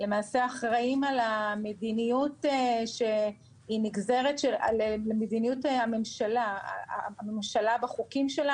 למעשה אחראים על יישום המדיניות של הממשלה בחוקים שלה,